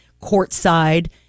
courtside